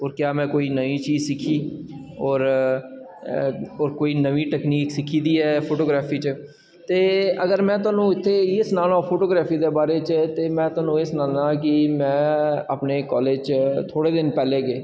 और क्या में कोई नमीं चीज सिक्खी होर कोई नमी तकनीक सिक्खी दी ऐ फोटोग्राफी च ते अगर में थुहानूं इत्थै इ'यै सनांऽ कि फोटोग्राफी दे बारे च ते में थुहानूं एह् सनान्ना कि में अपने कालेज च थोह्ड़े दिन पैह्लें गै